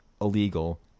illegal